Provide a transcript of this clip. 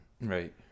Right